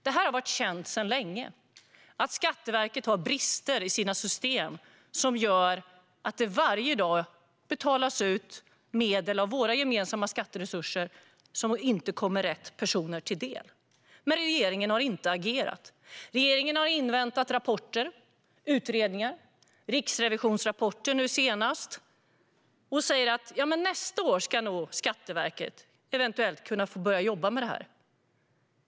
Det har varit känt sedan länge att Skatteverket har brister i sina system som gör att det varje dag betalas ut medel av våra gemensamma skatteresurser som inte kommer rätt personer till del. Men regeringen har inte agerat. Regeringen har inväntat rapporter, utredningar och nu senast en riksrevisionsrapport och säger att nästa år ska Skatteverket eventuellt kunna börja jobba med detta.